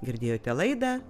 girdėjote laidą